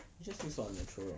it just feels so unnatural